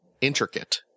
intricate